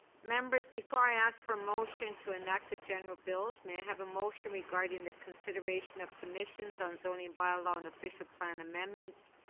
members before i ask for a motion to enact the general bills may i have a motion regarding the consideration of submissions on zoning bylaw and official plan amendments.